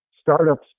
startups